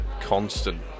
constant